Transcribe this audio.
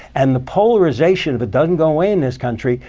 and the polarization, if it doesn't go away in this country,